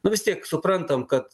nu vis tiek suprantam kad